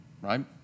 right